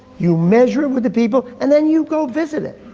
you measure it with the people, and then you go visit it.